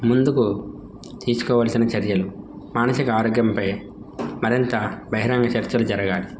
ముందుకు తీసుకోవాల్సిన చర్యలు మానసిక ఆరోగ్యంపై మరింత బహిరంగ చర్చలు జరగాలి